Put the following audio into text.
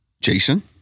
Jason